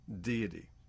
deity